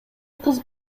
кыз